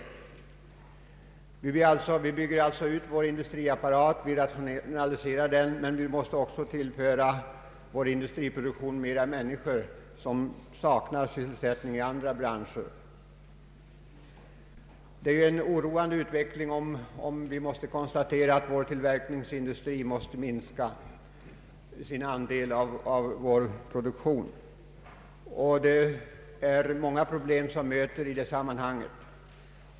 Men servicesektorn är inte produktiv på samma sätt som tillverkningsindustrin. Vi bygger alltså ut vår industriapparat och rationaliserar den, men vi måste också tillföra industriproduktionen fler människor som saknar sysselsättning i andra branscher. Det innebär ju en ökad produktion. Det är då en oroande utveckling, om vi konstaterar att vår tillverkningsindustri måste minska sin andel av produktionen. Det är många problem som möter i detta sammanhang.